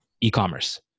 e-commerce